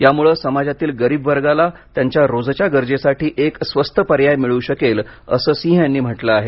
यामुळं समाजातील गरीब वर्गाला त्यांच्या रोजच्या गरजेसाठी एक स्वस्त पर्याय मिळू शकेल असही सिंह यानी म्हटल आहे